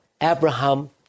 Abraham